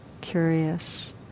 curious